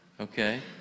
Okay